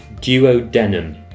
duodenum